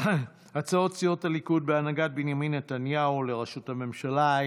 הצעות סיעות הליכוד בהנהגת בנימין נתניהו לראשות הממשלה,